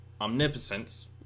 Omnipotence